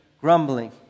grumbling